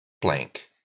blank